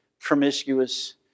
promiscuous